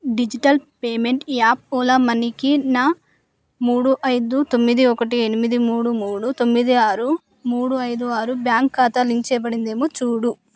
digital payment app Ola మనీకి నా మూడు ఐదు తొమ్మిది ఒకటి ఎనిమిది మూడు మూడు తొమ్మిది ఆరు మూడు ఐదు ఆరు బ్యాంక్ ఖాతా లింకు చేయబడిందేమో చూడు